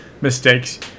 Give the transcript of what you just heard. mistakes